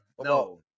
No